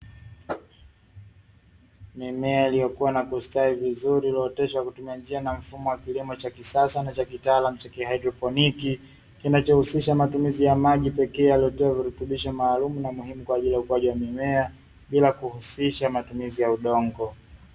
Mimea iliyokua na kustawi vizuri iliyooteshwa kutumia njia ya kilimo cha mfumo wa kisasa cha kitaalamu cha kihaidroponi, kinachohusisha matumizi ya maji pekee yaliyotiwa virutubisho maalumu na muhimu kwa ajili ya ukuwaji wa mimea, bila kuhusisha matumizi ya udongo.